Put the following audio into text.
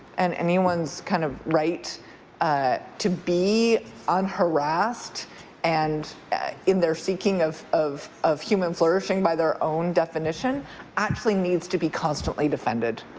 and anyone's kind of right ah to be unharassed and in their seeking of of human flourishing by their own definition actually needs to be constantly defended.